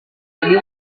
jadi